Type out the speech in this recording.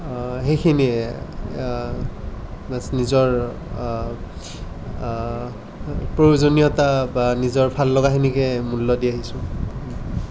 সেইখিনিয়ে বাছ নিজৰ প্ৰয়োজনীয়তা বা নিজৰ ভাল লগাখিনিকে মূল্য দি আহিছোঁ